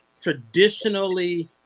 traditionally